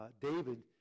David